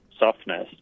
softness